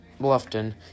Bluffton